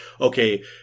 okay